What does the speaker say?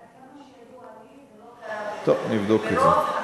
עד כמה שידוע לי, ברוב המקרים